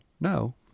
no